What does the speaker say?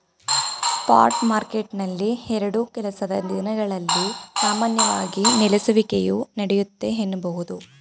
spot ಮಾರ್ಕೆಟ್ನಲ್ಲಿ ಎರಡು ಕೆಲಸದ ದಿನಗಳಲ್ಲಿ ಸಾಮಾನ್ಯವಾಗಿ ನೆಲೆಸುವಿಕೆಯು ನಡೆಯುತ್ತೆ ಎನ್ನಬಹುದು